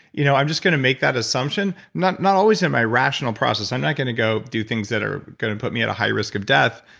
you know, i'm just going to make that assumption. not not always in my rational process. i'm not going to go do things that are going to put me at a high risk of death,